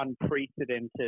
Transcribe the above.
unprecedented